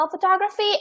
photography